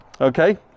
Okay